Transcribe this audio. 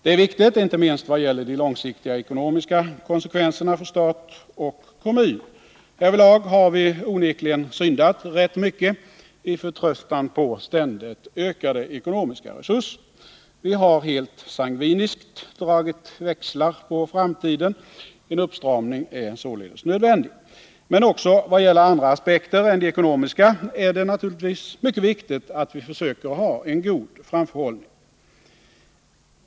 Det är viktigt, inte minst vad gäller de långsiktiga ekonomiska konsekvenserna för stat och kommun. Härvidlag har vi onekligen syndat rätt mycket i förtröstan på ständigt ökade ekonomiska resurser. Vi har helt sangviniskt dragit växlar på framtiden. En uppstramning är således nödvändig. Men också när det gäller andra aspekter än de ekonomiska är det naturligtvis mycket viktigt att vi försöker ha en god framförhållning.